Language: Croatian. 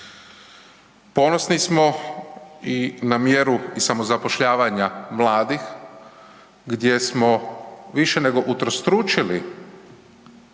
Ponosni smo i na mjeru i samozapošljavanja mladih gdje smo više nego utrostručili